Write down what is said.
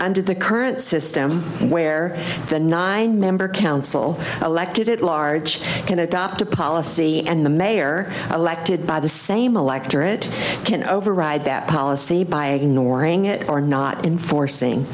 under the current system where the nine member council elected at large can adopt a policy and the mayor elected by the same electorate can override that policy by ignoring it or not enforcing